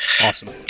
awesome